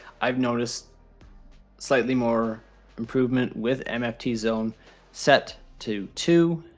i've noticed slightly more improvement with mft zone set to two.